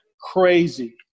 crazy